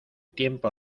tiempo